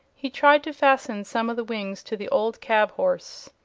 he tried to fasten some of the wings to the old cab-horse.